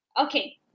Okay